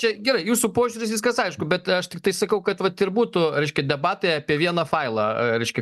čia gerai jūsų požiūris viskas aišku bet aš tiktai sakau kad vat ir būtų reiškia debatai apie vieną failą reiškia